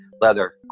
leather